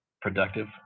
productive